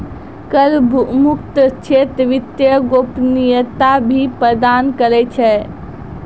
कर मुक्त क्षेत्र वित्तीय गोपनीयता भी प्रदान करै छै